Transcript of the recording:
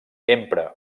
empra